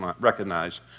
recognize